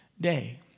day